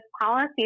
policies